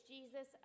Jesus